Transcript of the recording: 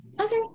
Okay